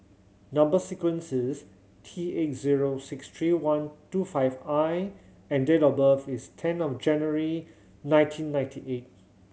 number sequence is T eight zero six three one two five I and date of birth is ten of January nineteen ninety eight